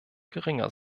geringer